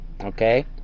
okay